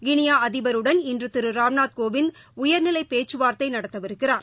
Guinea அதிபருடன் இன்று திரு ராம்நாத் கோவிந்த உயர்நிலை பேச்சுவார்த்தை நடத்தவிருக்கிறார்